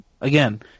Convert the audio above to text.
again